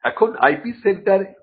এখন IPসেন্টার কি